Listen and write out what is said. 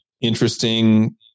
interesting